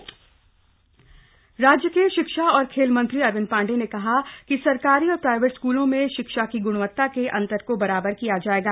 अरविंद पांडे राज्य के शिक्षा और खेल मंत्री अरविंद पांडेय ने कहा है कि सरकारी और प्राईवेट स्कूलों में शिक्षा की ग्णंवत्ता के अंतर को बराबर किया जाएगा